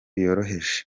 yoroheje